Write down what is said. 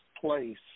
place